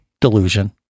delusion